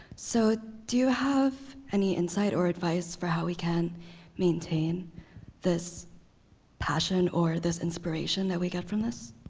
so, do you have any insight or advice for how we can maintain this passion or this inspiration that we get from this?